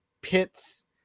pits